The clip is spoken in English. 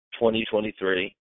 2023